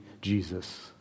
Jesus